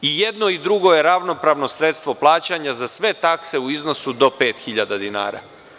I jedno i drugo je ravnopravno sredstvo plaćanja za sve takse u iznosu do 5.000 dinara.